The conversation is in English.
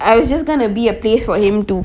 I was just gonna be a place for him to